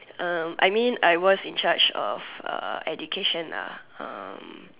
um I mean I was in charge of uh education lah um